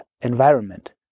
environment